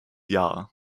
jahr